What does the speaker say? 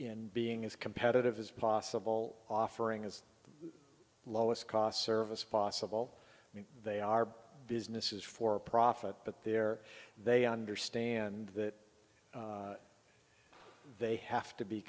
in being as competitive as possible offering as lowest cost service possible i mean they are businesses for profit but there they understand that they have to be